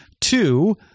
Two